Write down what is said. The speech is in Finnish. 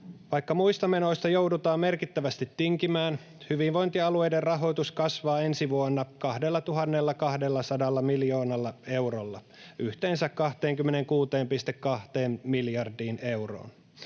Vaikka muista menoista joudutaan merkittävästi tinkimään, hyvinvointialueiden rahoitus kasvaa ensi vuonna 2 200 miljoonalla eurolla yhteensä 26,2 miljardiin euroon.